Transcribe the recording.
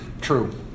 true